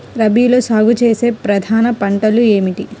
రబీలో సాగు చేసే ప్రధాన పంటలు ఏమిటి?